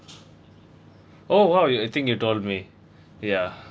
oh !wow! you I think you told me ya